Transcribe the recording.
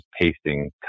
pasting